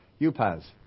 upaz